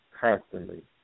constantly